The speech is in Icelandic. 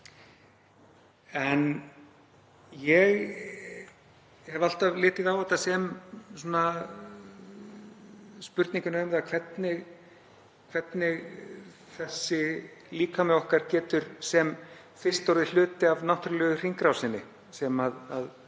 Ég hef alltaf litið á þetta sem spurningu um það hvernig líkamar okkar geta sem fyrst orðið hluti af náttúrulegu hringrásinni sem við